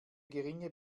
geringe